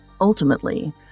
Ultimately